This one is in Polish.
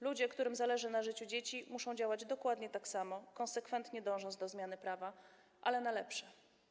Ludzie, którym zależy na życiu dzieci, muszą działać dokładnie tak samo, konsekwentnie dążąc do zmiany prawa, ale na lepsze.